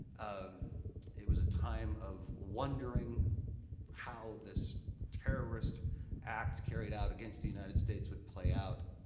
um it was a time of wondering how this terrorist act carried out against the united states would play out.